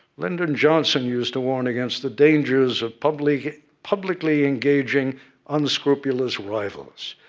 lyndon johnson used to warn against the dangers of publicly publicly engaging unscrupulous rivals.